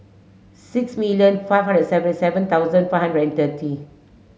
six million five hundred seventy seven thousand five hundred and thirty